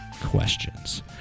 questions